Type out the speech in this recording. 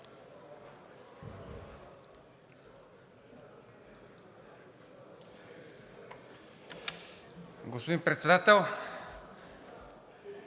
Господин Председател,